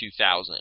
2000